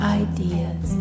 ideas